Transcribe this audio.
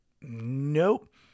nope